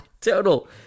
total